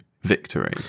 victory